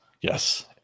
Yes